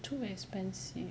too expensive